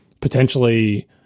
potentially